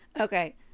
Okay